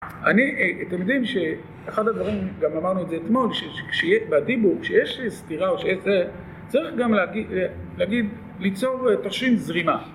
אני, אתם יודעים שאחד הדברים, גם אמרנו את זה אתמול, שבדיבוק, כשיש סתירה או שיש זה, צריך גם להגיד, ליצור תרשים זרימה